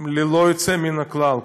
ללא יוצא מן הכלל,